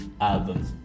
albums